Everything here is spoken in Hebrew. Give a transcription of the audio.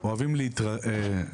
אוהבים להיות מרוכזים,